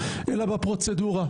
אלא בפרוצדורה.